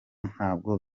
ntabwo